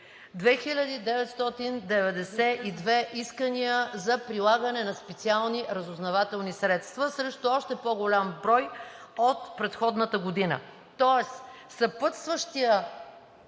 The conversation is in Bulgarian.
2992 искания за прилагане на специални разузнавателни средства срещу още по-голям брой от предходната година. Тоест съпътстващите